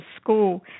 school